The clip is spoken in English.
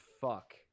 fuck